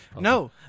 No